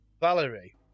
Valerie